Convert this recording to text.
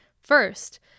First